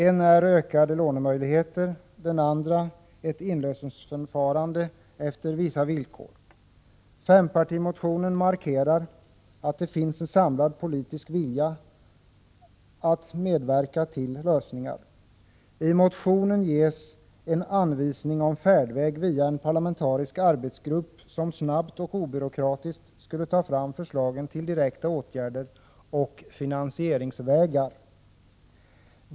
En är ökade lånemöjligheter, den andra är ett inlösensförfarande efter vissa villkor. Fempartimotionen markerar att det finns en samlad politisk vilja att medverka till lösningar. I motionen ges en anvisning om färdväg via en parlamentarisk arbetsgrupp som snabbt och obyråkratiskt skulle ta fram förslag till direkta åtgärder och finansieringsvägar.